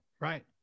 Right